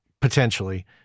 potentially